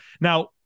Now